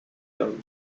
hommes